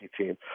team